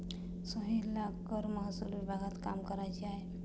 सोहेलला कर महसूल विभागात काम करायचे आहे